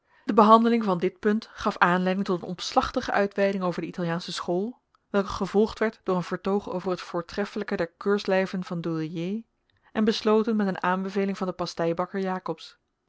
de behandeling van dit punt gaf aanleiding tot een omslachtige uitweiding over de italiaansche school welke gevolgd werd door een vertoog over het voortreffelijke der keurslijven v douillié en besloten met een aanbeveling van den pasteibakker jakobsz